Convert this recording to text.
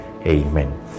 Amen